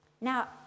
Now